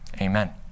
amen